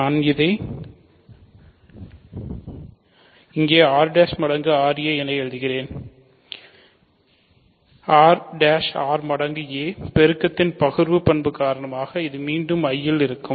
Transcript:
நான் இதை இங்கே r' மடங்கு ra என எழுதுவேன் என்பது r'r மடங்கு a பெருக்கத்தின் பகிர்வு பண்பு காரணமாக இது மீண்டும் I இருக்கும்